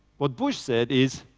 what bush said is,